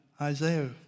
Isaiah